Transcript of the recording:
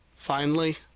finally,